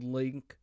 link